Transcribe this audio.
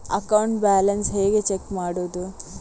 Account balance ಹೇಗೆ check ಮಾಡುವುದು?